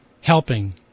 helping